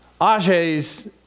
Ajay's